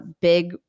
big